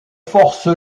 force